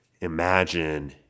Imagine